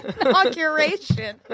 Inauguration